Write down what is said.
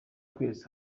twese